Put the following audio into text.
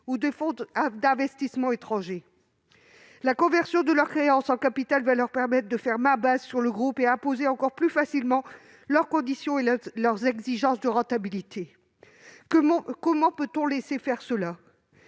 ou de fonds d'investissement étrangers. La conversion de leurs créances en capital va permettre à ces groupes de faire main basse sur Vallourec et d'imposer encore plus facilement leurs conditions et leurs exigences de rentabilité. Comment peut-on les laisser faire ?